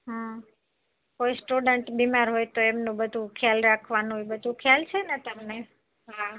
હં કોઈ સ્ટુડન્ટ બીમાર હોય તો એમનું બધું ખ્યાલ રાખવાનું એ બધું ખ્યાલ છે ને તમને હા